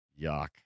Yuck